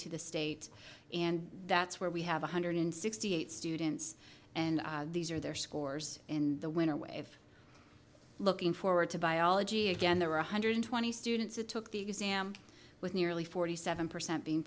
to the state and that's where we have one hundred sixty eight students and these are their scores in the winter wave looking forward to biology again there were one hundred twenty students that took the exam with nearly forty seven percent being